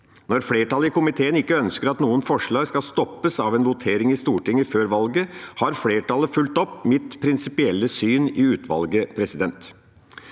Når flertallet i komiteen ikke ønsker at noen forslag skal kunne stoppes av en votering i Stortinget før valget, har flertallet fulgt opp mitt prinsipielle syn i utvalget.